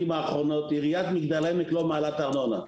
האחרונות עיריית מגדל העמק לא מעלה את הארנונה.